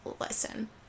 listen